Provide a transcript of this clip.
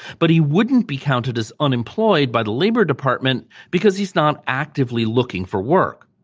but he wouldn't be counted as unemployed by the labor department because he's not actively looking for work.